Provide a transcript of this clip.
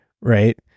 right